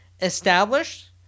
established